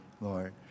Lord